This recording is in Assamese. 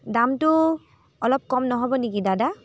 দামটো অলপ কম নহ'ব নেকি দাদা